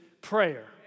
prayer